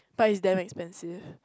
but is damn expensive